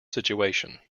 situation